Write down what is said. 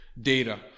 data